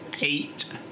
eight